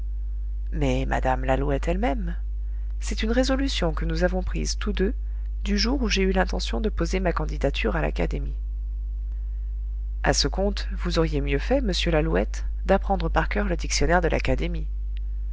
mais mme lalouette elle-même c'est une résolution que nous avons prise tous deux du jour où j'ai eu l'intention de poser ma candidature à l'académie a ce compte vous auriez mieux fait monsieur lalouette d'apprendre par coeur le dictionnaire de l'académie